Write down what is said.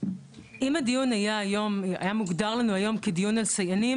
אם הדיון היה מוגדר היום כדיון על סייענים,